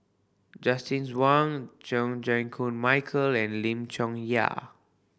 Justin Zhuang Chan Chew Koon Michael and Lim Chong Yah